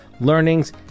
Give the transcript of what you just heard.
learnings